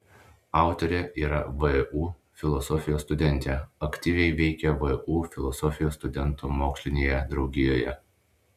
autorė yra vu filosofijos studentė aktyviai veikia vu filosofijos studentų mokslinėje draugijoje